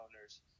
owners